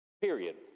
Period